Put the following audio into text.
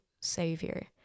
savior